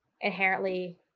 inherently